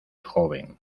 joven